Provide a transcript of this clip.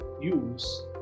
use